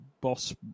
boss